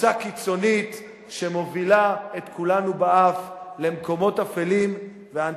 קבוצה קיצונית שמובילה את כולנו באף למקומות אפלים ואנטי-דמוקרטיים.